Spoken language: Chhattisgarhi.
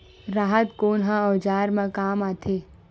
राहत कोन ह औजार मा काम आथे?